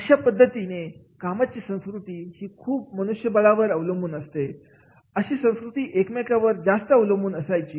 आणि अशा पद्धतीने कामाची संस्कृती हि खूप मनुष्यबळावर अवलंबून असायची अशी संस्कृती एकमेकांवर जास्त अवलंबून असायची